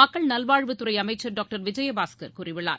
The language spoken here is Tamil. மக்கள் நல்வாழ்வுத்துறை அமைச்சர் டாக்டர் விஜயபாஸ்கர் கூறியுள்ளார்